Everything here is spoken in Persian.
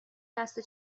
دسته